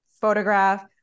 photograph